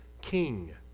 king